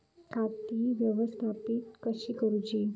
खाती व्यवस्थापित कशी करूची?